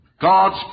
God's